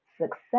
success